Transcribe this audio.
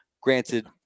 Granted